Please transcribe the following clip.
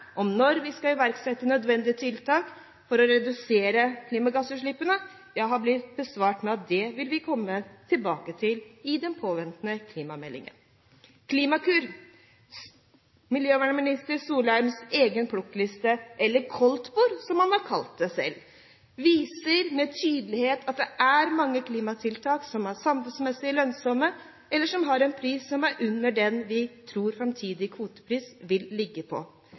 om når man skal iverksette nødvendige tiltak for å redusere klimagassutslippene, har blitt besvart med at det vil man komme tilbake til i den ventede klimameldingen. Klimakur – miljøvernminister Solheims egen plukkliste, eller koldtbord, som han selv har kalt det – viser med tydelighet at det er mange klimatiltak som er samfunnsmessig lønnsomme, eller som har en pris som er under det vi tror framtidig kvotepris vil ligge på.